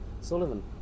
Sullivan